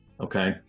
Okay